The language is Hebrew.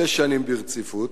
שש שנים ברציפות,